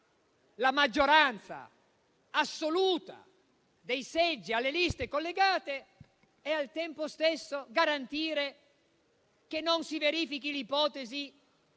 la maggioranza assoluta dei seggi alle liste collegate e al tempo stesso garantire che non si verifichi l'ipotesi